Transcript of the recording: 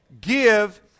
Give